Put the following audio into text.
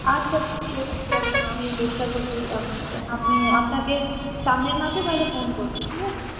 আচ্ছা আছে কাকিমা আমি চেষ্টা করছি আপনি আপনাকে সামনের মাসে তাহলে ফোন করছি ঠিক আছে